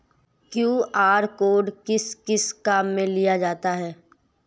QR code किस किस काम में लिया जाता है?